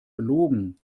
belogen